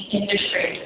industry